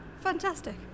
Fantastic